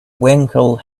wrinkled